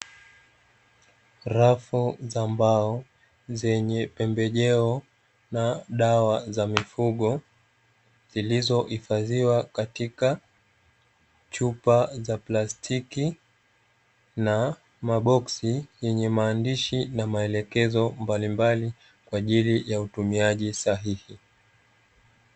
Rafu za mbao zenye pembejeo na dawa za mifugo zilizohifadhiwa katika chupa za plastiki na maboksi yenye maandishi na maelekezo mbalimbali kwa ajili ya utumiaji sahihi.